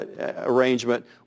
arrangement